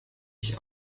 ich